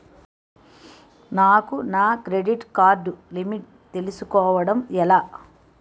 నాకు నా credit card limit తెలుసుకోవడం ఎలా?